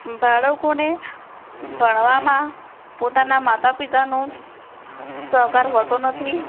બાળકોને ભણવામાં પોતાનાં માતપિતાનો સહકાર હોતો નથી